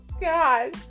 god